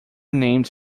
named